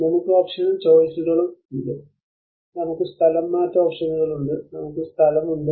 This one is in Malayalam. നമുക്ക് ഓപ്ഷനും ചോയിസുകളും ഉണ്ട് നമുക്ക് സ്ഥലംമാറ്റ ഓപ്ഷനുകൾ ഉണ്ട് നമുക്ക് സ്ഥലമുണ്ട്